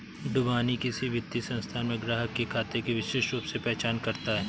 इबानी किसी वित्तीय संस्थान में ग्राहक के खाते की विशिष्ट रूप से पहचान करता है